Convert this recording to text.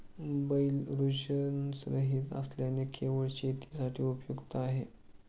बैल वृषणरहित असल्याने केवळ शेतीसाठी उपयुक्त आहे